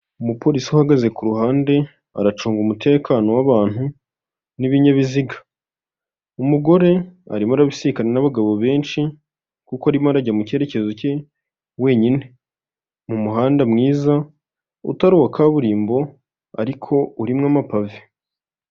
Umupolisi uhagaze ku ruhande aracunga umutekano w'abantu n'ibinyabiziga, umugore arimo arabisikana n'abagabo benshi kuko arimo aragana mu kerekezo cye wenyine, mu muhanda mwiza utari uwa kaburimbo ariko urimo0 amapave.